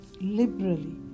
liberally